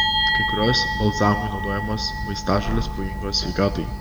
kai kurios balzamui naudojamos vaistažolės pavojingos sveikatai